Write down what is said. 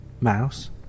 mouse